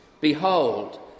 behold